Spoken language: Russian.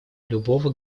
любого